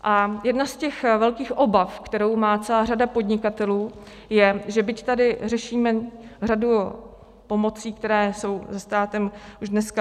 A jedna z těch velkých obav, kterou má celá řada podnikatelů, je, že byť tady řešíme řadu pomocí, které jsou státem už dneska...